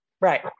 right